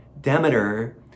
demeter